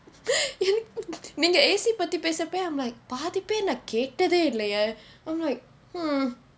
நீங்க:ninga A_C பத்தி பேசப்போவே:pathi pesappove I'm like பாதி பேர் நான் கேட்டதே இல்லையே:paathi paer naan kaettathe illaiye I'm like hmm